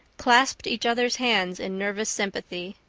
clasped each other's hands in nervous sympathy.